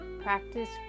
practice